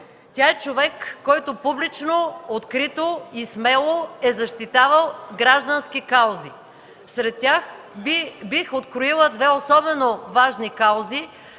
Тя е човек, който публично, открито и смело е защитавала граждански каузи. Сред тях бих откроила две особено важни каузи: